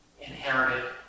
inherited